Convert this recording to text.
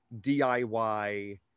DIY